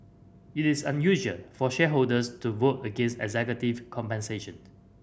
it is unusual for shareholders to vote against executive compensation